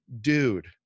dude